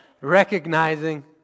Recognizing